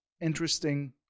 interesting